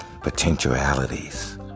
potentialities